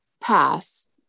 pass